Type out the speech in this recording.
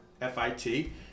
F-I-T